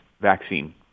vaccine